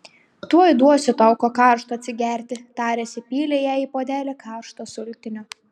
tuoj duosiu tau ko karšto atsigerti taręs įpylė jai į puodelį karšto sultinio